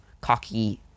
cocky